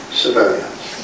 civilians